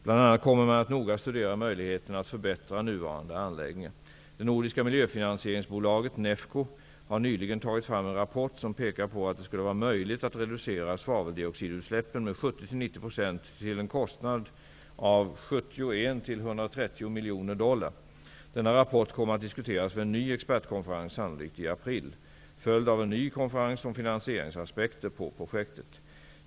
Bl.a. kommer man att noga studera möjligheterna att förbättra nuvarande anläggningar. har nyligen tagit fram en rapport som pekar på att det skulle vara möjligt att reducera svaveldioxidutsläppen med 70--90 % till en kostnad av 71--130 miljoner dollar. Denna rapport kommer att diskuteras vid en ny expertkonferens sannolikt i april, följd av en ny konferens om finansieringsaspekter på projektet.